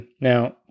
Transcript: Now